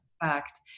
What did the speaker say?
fact